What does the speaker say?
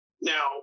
Now